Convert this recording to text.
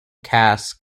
cass